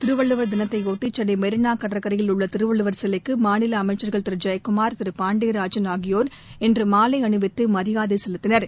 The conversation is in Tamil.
திருவள்ளூவர் தினத்தையொட்டி சென்னை மெரீனா கடற்கரையில் உள்ள திருவள்ளூவர் சிலைக்கு மாநில அமைச்சர்கள் திரு ஜெயக்குமார் திரு பாண்டியராஜன் ஆகியோர் இன்று மாலை அணிவித்து மரியாதை செலுத்தினர்